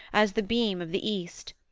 as the beam of the east,